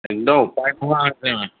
একদম উপায় নোহোৱা হৈছে আমাৰ